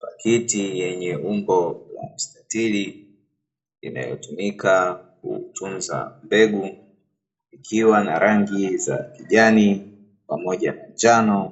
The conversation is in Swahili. Pakiti yenye umbo la mstatiri inayotumika kutunza mbegu, ikiwa na rangi za kijani pamoja na njano